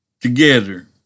together